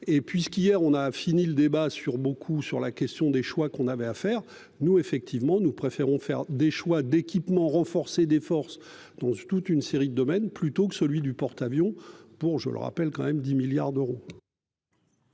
et puisqu'hier, on a fini le débat sur beaucoup sur la question des choix qu'on avait à faire, nous effectivement nous préférons faire des choix d'équipement renforcée des forces dans toute une série de domaines, plutôt que celui du porte-avions pour, je le rappelle quand même 10 milliards d'euros.